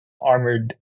armored